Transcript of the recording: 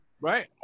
right